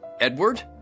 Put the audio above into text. Edward